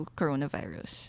coronavirus